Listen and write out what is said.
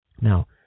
Now